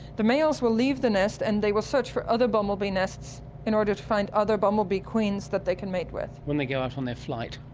the males will leave the nest and they will search for other bumblebee nests in order to find other bumblebee queens that they can mate with. when they go out on their flight?